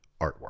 artwork